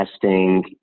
testing